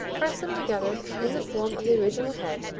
press them together in the form of the original head,